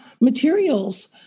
materials